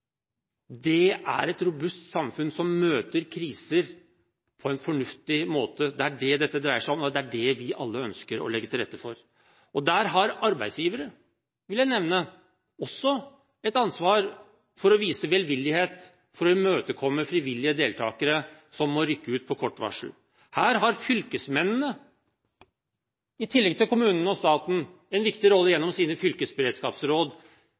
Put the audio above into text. det er et robust samfunn som møter kriser på en fornuftig måte. Det er det dette dreier seg om, og det er det vi alle ønsker å legge til rette for. Der har arbeidsgivere – vil jeg nevne – også et ansvar for å vise velvillighet for å imøtekomme frivillige deltakere som må rykke ut på kort varsel. Her har fylkesmennene, i tillegg til kommunene og staten, en viktig rolle gjennom sine fylkesberedskapsråd